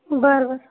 बरं बरं